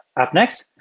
up next,